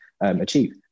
achieve